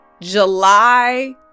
July